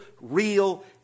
real